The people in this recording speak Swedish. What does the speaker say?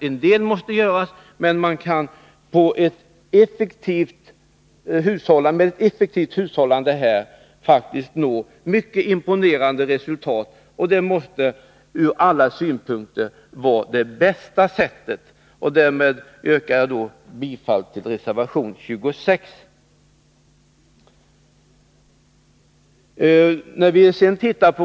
En del utbyggnad måste göras, men man kan med effektiv hushållning faktiskt nå mycket imponerande resultat. Det måste ur alla synpunkter vara det bästa sättet. Därmed yrkar jag bifall till reservation 26.